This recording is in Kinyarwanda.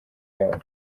yabo